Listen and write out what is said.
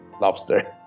lobster